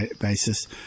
basis